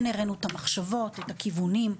כן הראינו את המחשבות, את הכיוונים.